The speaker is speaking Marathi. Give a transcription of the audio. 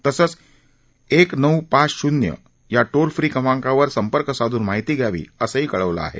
तसंच एक नऊ पाच शून्य या टोल फ्री क्रमांकावर संपर्क साधून माहिती घ्यावी असं कळवलं आहे